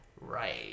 Right